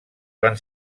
van